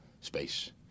space